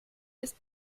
ist